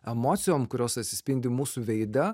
emocijom kurios atsispindi mūsų veide